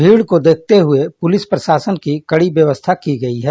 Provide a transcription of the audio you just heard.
भीड़ को देखते हुए पुलिस प्रशासन की कड़ी व्यवस्था की गई है